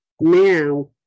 now